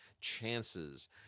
chances